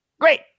Great